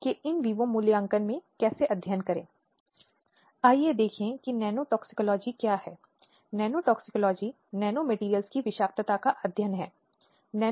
अब पहले स्थान पर सबसे प्रमुख संस्थानों में से एक है जो इस संबंध में देश में स्थापित किया गया है वह है महिलाओं के लिए राष्ट्रीय आयोग